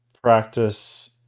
practice